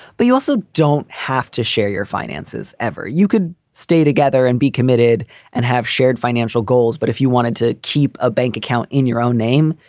but you also don't have to share your finances finances ever. you could stay together and be committed and have shared financial goals. but if you wanted to keep a bank account in your own name,